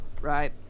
Right